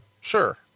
Sure